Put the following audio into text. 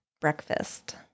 breakfast